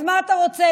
אז מה אתה רוצה?